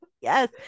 Yes